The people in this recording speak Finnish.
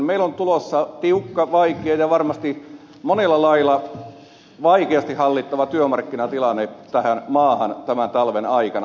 meillä on tulossa tiukka vaikea ja varmasti monella lailla vaikeasti hallittava työmarkkinatilanne tähän maahan tämän talven aikana